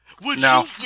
No